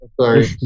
Sorry